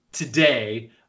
today